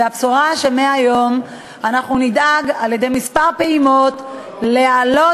והבשורה היא שמהיום נדאג על-ידי כמה פעימות להעלות